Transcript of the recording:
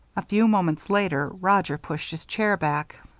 a few moments later, roger pushed his chair back.